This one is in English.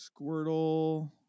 Squirtle